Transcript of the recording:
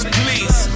please